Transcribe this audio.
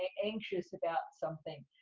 anxious about something,